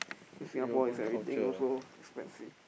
in Singapore is everything also expensive